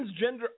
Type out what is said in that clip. transgender